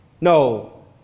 No